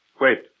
Wait